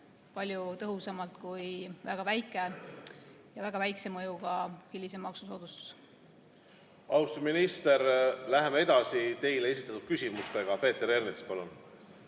palju tõhusamalt kui väga väike ja väga väikse mõjuga hilisem maksusoodustus. Austatud minister! Läheme edasi teile esitatud küsimustega. Peeter Ernits, palun!